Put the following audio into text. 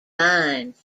lines